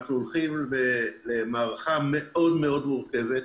אני חושב שאנחנו הולכים למערכה מאוד מאוד מורכבת,